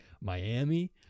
Miami